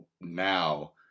now